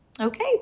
Okay